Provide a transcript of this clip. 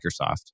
Microsoft